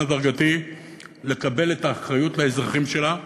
הדרגתי לקבל את האחריות לאזרחים שלה.